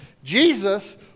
Jesus